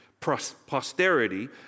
posterity